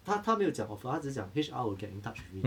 他他没有讲 offer 他只是讲 H_R will get in touch with me